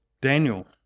Daniel